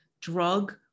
drug